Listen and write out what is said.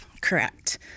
Correct